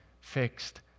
fixed